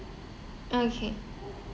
okay